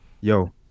Yo